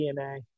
DNA